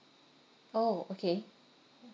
orh okay